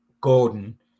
Gordon